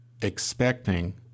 expecting